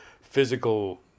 physical